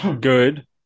good